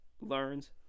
learns